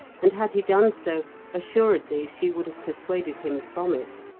and had he done so assuredly she would have persuaded him from it.